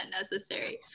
necessary